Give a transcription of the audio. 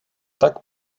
tak